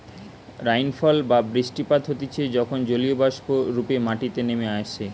rainfall বা বৃষ্টিপাত হতিছে যখন জলীয়বাষ্প রূপে মাটিতে নেমে আইসে